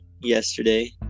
yesterday